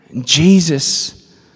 Jesus